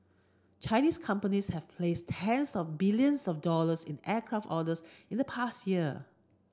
Chinese companies have placed tens of billions of dollars in aircraft orders in the past year